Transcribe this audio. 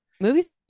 Movies